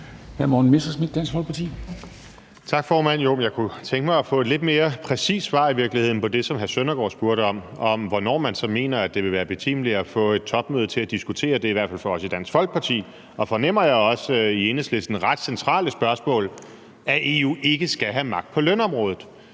12:12 Morten Messerschmidt (DF): Tak, formand. Jeg kunne i virkeligheden tænke mig at få et lidt mere præcist svar på det, som hr. Søren Søndergaard spurgte om, om, hvornår man så mener at det vil være betimeligt at få et topmøde til at diskutere det – det er i hvert fald betimeligt for os i Dansk Folkeparti – og, fornemmer jeg, også i Enhedslisten ret centrale spørgsmål, at EU ikke skal have magt på lønområdet.